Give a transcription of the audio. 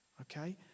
Okay